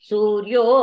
Suryo